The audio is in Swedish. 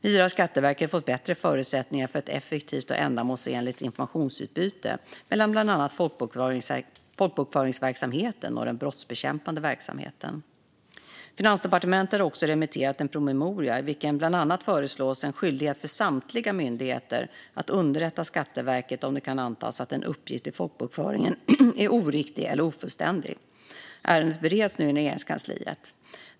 Vidare har Skatteverket fått bättre förutsättningar för ett effektivt och ändamålsenligt informationsutbyte mellan bland annat folkbokföringsverksamheten och den brottsbekämpande verksamheten. Finansdepartementet har också remitterat en promemoria i vilken bland annat föreslås en skyldighet för samtliga myndigheter att underrätta Skatteverket om det kan antas att en uppgift i folkbokföringen är oriktig eller ofullständig. Ärendet bereds nu inom Regeringskansliet.